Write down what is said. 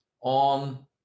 on